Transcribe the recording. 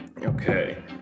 Okay